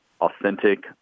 authentic